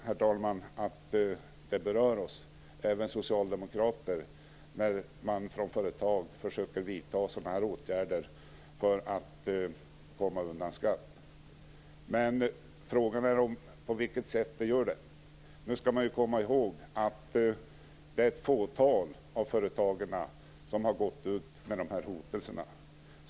Herr talman! Det är klart att det berör även oss socialdemokrater när företag försöker vidta sådana här åtgärder för att komma undan skatt. Frågan är på vilket sätt de gör det. Man skall komma ihåg att det är ett fåtal företag som har gått ut med de här hotelserna.